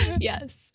Yes